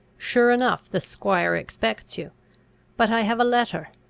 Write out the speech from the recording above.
sure enough the squire expects you but i have a letter,